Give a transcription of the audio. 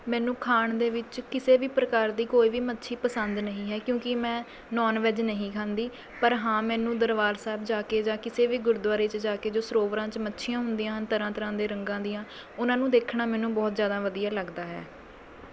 ਮੈਨੂੰ ਖਾਣ ਦੇ ਵਿੱਚ ਕਿਸੇ ਵੀ ਪ੍ਰਕਾਰ ਦੀ ਕੋਈ ਵੀ ਮੱਛੀ ਪਸੰਦ ਨਹੀਂ ਹੈ ਕਿਉਂਕਿ ਮੈਂ ਨੌਨ ਵੈੱਜ ਨਹੀਂ ਖਾਂਦੀ ਪਰ ਹਾਂ ਮੈਨੂੰ ਦਰਬਾਰ ਸਾਹਿਬ ਜਾ ਕੇ ਜਾਂ ਕਿਸੇ ਵੀ ਗੁਰਦੁਆਰੇ 'ਚ ਜਾ ਕੇ ਜੋ ਸਰੋਵਰਾਂ 'ਚ ਮੱਛੀਆਂ ਹੁੰਦੀਆਂ ਹਨ ਤਰ੍ਹਾਂ ਤਰ੍ਹਾਂ ਦੇ ਰੰਗਾਂ ਦੀਆਂ ਉਹਨਾਂ ਨੂੰ ਦੇਖਣਾ ਮੈਨੂੰ ਬਹੁਤ ਜ਼ਿਆਦਾ ਵਧੀਆ ਲੱਗਦਾ ਹੈ